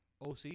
OC